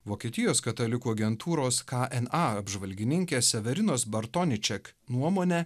vokietijos katalikų agentūros kna apžvalgininkė severinos bartoniček nuomone